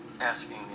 asking